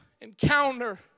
encounter